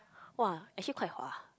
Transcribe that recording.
!wah! actually quite hot ah